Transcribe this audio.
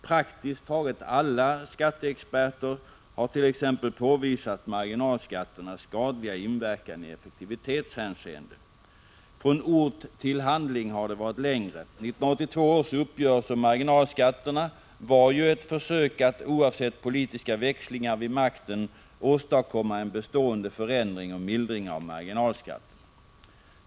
Praktiskt taget alla skatteexperter har t.ex. påvisat marginalskatternas skadliga inverkan i effektivitetshänseende. Från ord till handling har det varit längre. 1982 års uppgörelse om marginalskatterna var ju ett försök att oavsett politiska växlingar vid makten åstadkomma en bestående förändring och mildring av marginalskatten.